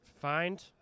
Find